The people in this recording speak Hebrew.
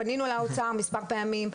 פנינו לאוצר מספר פעמים,